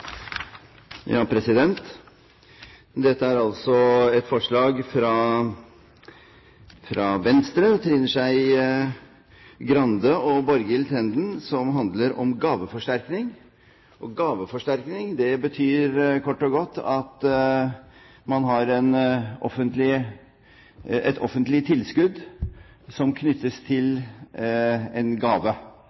Dette er altså et forslag fra Venstre – fra Trine Skei Grande og Borghild Tenden – som handler om gaveforsterkning, og gaveforsterkning betyr kort og godt at man har et offentlig tilskudd som knyttes til en gave.